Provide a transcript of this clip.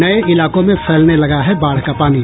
नये इलाकों में फैलने लगा है बाढ़ का पानी